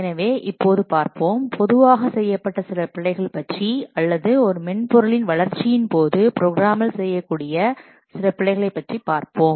எனவே இப்போது பார்ப்போம் பொதுவாக செய்யப்பட்ட சில பிழைகள் பற்றி அல்லது ஒரு மென்பொருளின் வளர்ச்சியின் போது ப்ரோக்ராமர்கள் செய்யக்கூடிய சில பிழைகள் பற்றி பார்ப்போம்